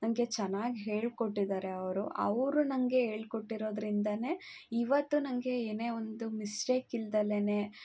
ನನಗೆ ಚೆನ್ನಾಗಿ ಹೇಳಿಕೊಟ್ಟಿದ್ದಾರೆ ಅವರು ಅವರು ನನಗೆ ಹೇಳ್ಕೊಟ್ಟಿರೋದ್ರಿಂದನೇ ಇವತ್ತು ನನಗೆ ಏನೇ ಒಂದು ಮಿಸ್ಟೇಕ್ ಇಲ್ದೆಲೆ